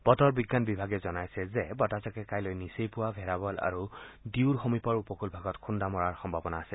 বতৰ বিজ্ঞান বিভাগে জনাইছে যে কাইলৈ নিচেই পূৱা ভেৰাৱল আৰু ডিউৰ সমীপৰ উপকূল ভাগত খুন্দা মৰাৰ সম্ভাৱনা আছে